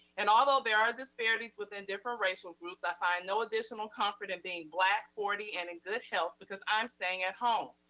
and although there are disparities within different racial groups, i find no additional comfort in being black, forty, and in good health because i'm staying at home.